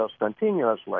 continuously